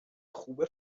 خوبه